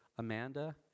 Amanda